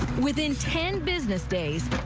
within ten business days,